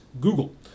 google